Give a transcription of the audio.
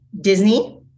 Disney